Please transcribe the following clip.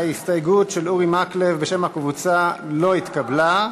ההסתייגות של אורי מקלב בשם הקבוצה לא התקבלה.